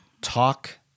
Talk